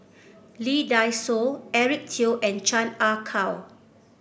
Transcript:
Lee Dai Soh Eric Teo and Chan Ah Kow